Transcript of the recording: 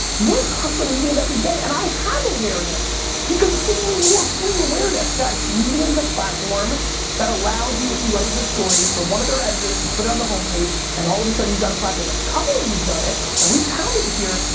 we're hustling medium every day and i have awareness because it's giving me more free awareness. guys, medium is a platform that allows you if you write a good story for one of their editors to put on the home page and all of a sudden, you got a platform and a couple of you have done it, and we've pounded here,